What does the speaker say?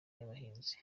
y’abahinzi